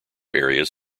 areas